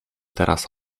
teraz